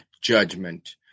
judgment